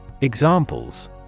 Examples